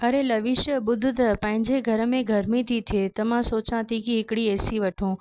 अरे लवीश ॿुध त पंहिंजे घर में गर्मी थी थिए त मां सोचा थी की हिकिड़ी एसी वठूं